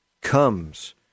comes